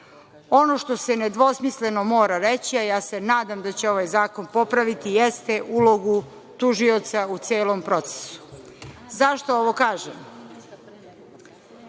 Ono što se nedvosmisleno mora reći, a ja se nadam da će ovaj zakon popraviti, jeste ulogu tužioca u celom procesu.Zašto ovo kažem?